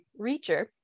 Reacher